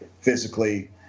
physically